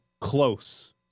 close